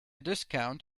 discount